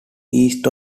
east